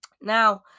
Now